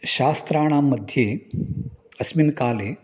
शास्त्राणां मध्ये अस्मिन् काले